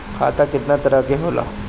खाता केतना तरह के होला?